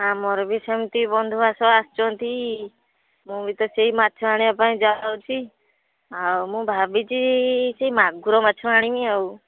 ଆମର ବି ସେମିତି ବନ୍ଧୁବାସ ଆସିଛନ୍ତି ମୁଁ ବି ତ ସେଇ ମାଛ ଆଣିବାପାଇଁ ଯାଉଛି ଆଉ ମୁଁ ଭାବିଛି ସେଇ ମାଗୁର ମାଛ ଆଣିବି ଆଉ